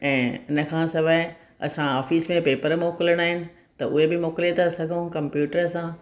ऐं हिन खां सवाइ असां ऑफिस में पेपर मोकिलणा आहिनि त उहे बि मोकिले था सघूं कम्प्यूटर सां